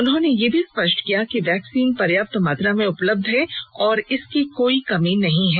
उन्होंने यह भी स्पष्ट किया कि वैक्सीन पर्याप्त मात्रा में उपलब्ध है और इसकी कोई कमी नहीं है